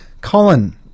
Colin